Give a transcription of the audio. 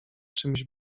czymś